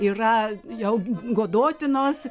yra jau godotinos